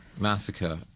massacre